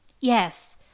Yes